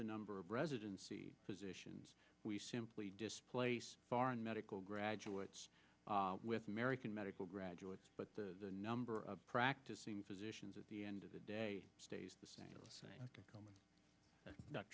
the number of residency positions we simply displace foreign medical graduates with american medical graduates but the number of practicing physicians at the end of the day stays the same